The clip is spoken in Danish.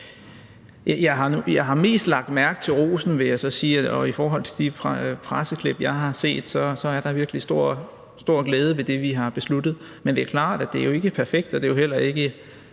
Jeg har mest lagt mærke til rosen, vil jeg så sige, og i forhold til de presseklip, jeg har set, er der virkelig stor glæde ved det, vi har besluttet. Men det er klart, at det jo ikke er perfekt, og Radikale Venstre